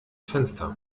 fenster